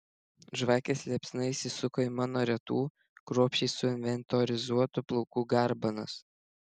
žvakės liepsna įsisuko į mano retų kruopščiai suinventorizuotų plaukų garbanas